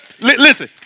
listen